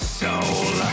soul